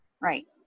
Right